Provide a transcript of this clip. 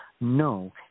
No